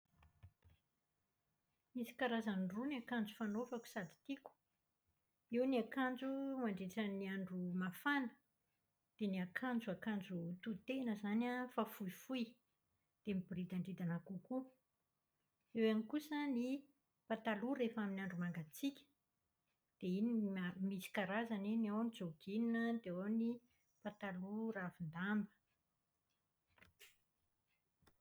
Misy karazany roa ny akanjo fanaovako no sady tiako. Eo ny akanjo mandritra ny andro mafana, dia ny akanjo akanjo totena izany an, fa fohifohy dia miboridandridana kokoa. Eo ihany kosa ny pataloha rehefa amin'ny andro mangatsiaka dia iny no miaro misy karazany iny ao ny jogging, dia ao ny pataloha ravin-damba.